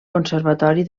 conservatori